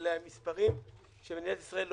אלה מספרים שמדינת ישראל,